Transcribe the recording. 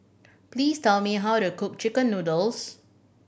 please tell me how to cook chicken noodles